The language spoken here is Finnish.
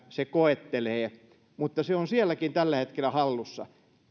se koettelee mutta se on sielläkin tällä hetkellä hallussa